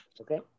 Okay